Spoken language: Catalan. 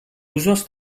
usos